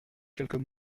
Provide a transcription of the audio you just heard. quelques